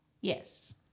Yes